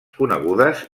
conegudes